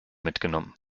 mitgenommen